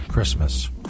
Christmas